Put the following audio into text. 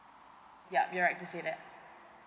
yup you are right to say that